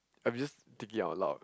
I'm just thinking out aloud